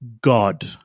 God